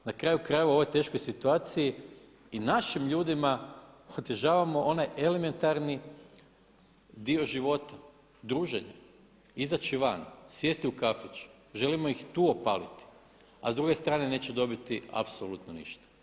Na kraju krajeva u ovoj teškoj situaciji i našim ljudima otežavamo onaj elementarni dio života, druženja, izaći van, sjesti u kafić, želimo ih tu opaliti, a s druge strane neće dobiti apsolutno ništa.